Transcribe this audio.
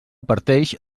parteix